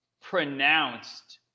pronounced